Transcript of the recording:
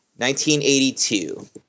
1982